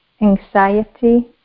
anxiety